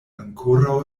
ankoraŭ